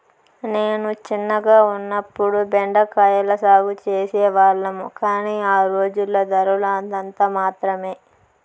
నేను చిన్నగా ఉన్నప్పుడు బెండ కాయల సాగు చేసే వాళ్లము, కానీ ఆ రోజుల్లో ధరలు అంతంత మాత్రమె